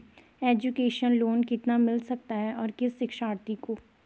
Education loan कितना मिल सकता है और किस शिक्षार्थी को?